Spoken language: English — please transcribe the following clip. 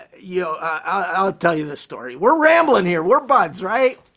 yeah i'll tell you the story. we're rambling here, we're buds, right?